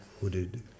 hooded